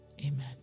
Amen